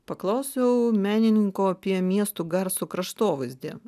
paklausiau menininko apie miesto garso kraštovaizdį